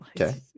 Okay